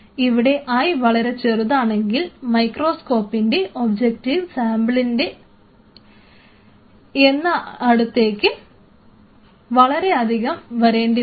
ഇവിടെ l വളരെ ചെറുതാണെങ്കിൽ മൈക്രോസ്കോപ്പിൻറെ ഒബ്ജക്റ്റീവ് സാമ്പിളിൻറെ അടുത്തേക്ക് വളരെയധികം വരേണ്ടിവരും